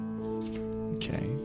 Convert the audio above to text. Okay